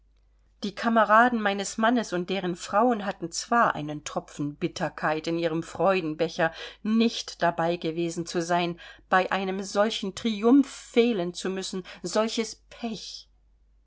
die kameraden meines mannes und deren frauen hatten zwar einen tropfen bitterkeit in ihrem freudenbecher nicht dabei gewesen zu sein bei einem solchen triumph fehlen zu müssen solches pech